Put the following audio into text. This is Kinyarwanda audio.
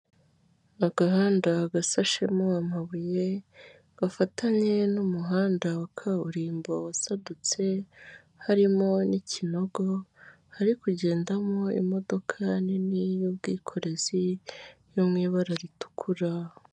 Agahanda gasashemo amabuye gafatanye n'umuhanda wa kaburimbo wasadutse harimo n'ikinogo hari kugendamo imodoka nini y'ubwikorezi yo mu ibara ritukura.